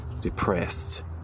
depressed